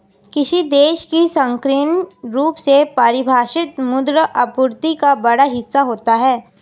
किसी देश की संकीर्ण रूप से परिभाषित मुद्रा आपूर्ति का बड़ा हिस्सा होता है